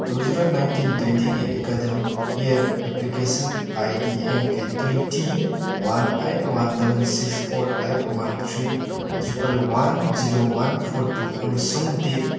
two zero nineteen ꯇ꯭ꯋꯦꯟꯇꯤꯒꯤ academic year application I D M K twenty one eight one double six four eight one three triple one zero one four two ꯑꯃꯁꯨꯡ date